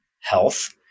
health